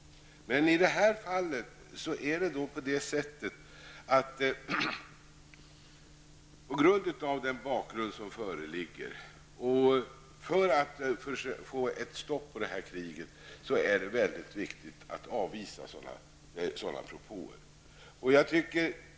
Men mot den bakgrund som föreligger och för att få ett stopp på kriget är det viktigt att avvisa sådana propåer.